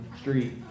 street